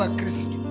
Christ